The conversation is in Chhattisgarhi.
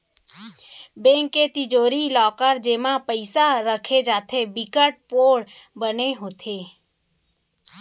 बेंक के तिजोरी, लॉकर जेमा पइसा राखे जाथे बिकट पोठ बने होथे